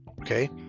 Okay